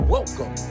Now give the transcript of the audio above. Welcome